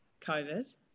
COVID